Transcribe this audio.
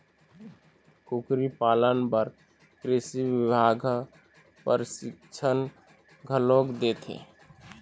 कुकरी पालन बर कृषि बिभाग ह परसिक्छन घलोक देथे